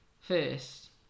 first